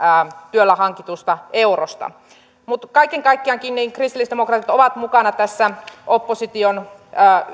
työllä hankituista euroista mutta kaiken kaikkiaankin kristillisdemokraatit ovat mukana tässä opposition